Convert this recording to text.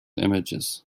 images